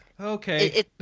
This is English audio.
Okay